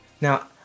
Now